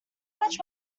much